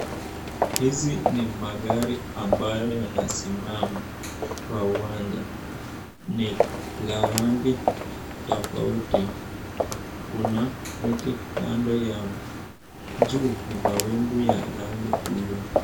Hizi ni magari ambayo yanasimama kwa uwanja. Ni ya rangi tofauti. Kuna miti kando yao. Juu ni mawingu ya rangi buluu.